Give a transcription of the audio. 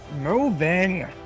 moving